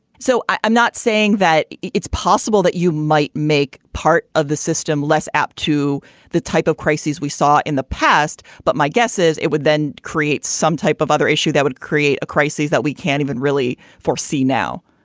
so i'm not saying that it's possible that you might make part of the system less apt to the type of crises we saw in the past. but my guess is it would then create some type of other issue that would create a crisis that we can't even really foresee. now,